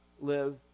live